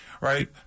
Right